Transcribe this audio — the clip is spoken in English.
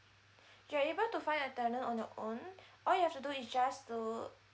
you're able to find a tenant on your own all you have to do is just to